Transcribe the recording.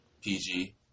PG